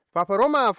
Paparoma